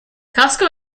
costco